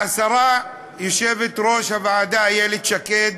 והשרה, יושבת-ראש הוועדה איילת שקד